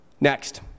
Next